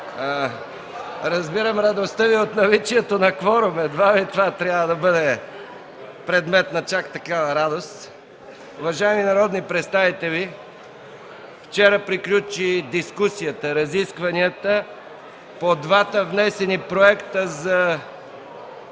Разбирам радостта Ви от наличието на кворум, едва ли това трябва да бъде предмет на чак такава радост. Уважаеми народни представители, вчера приключиха разискванията по двата внесени проекта: